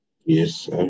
Yes